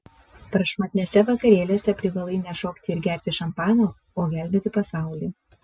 prašmatniuose vakarėliuose privalai ne šokti ir gerti šampaną o gelbėti pasaulį